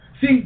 See